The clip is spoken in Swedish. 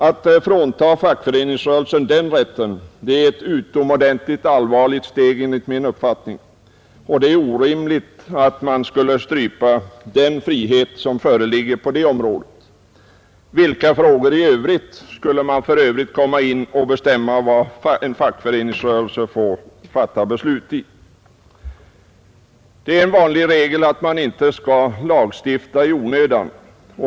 Att frånta fackföreningsrörelsen den rätten är ett utomordentligt allvarligt steg. Det är orimligt att strypa den frihet som föreligger på det området. Vilka andra frågor skulle man för övrigt föreskriva att fackföreningsrörelsen får fatta beslut om? Det är en vanlig regel att man inte skall lagstifta i onödan.